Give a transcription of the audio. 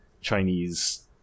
chinese